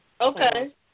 Okay